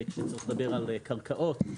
אם לדבר על קרקעות,